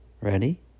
Ready